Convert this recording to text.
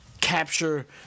capture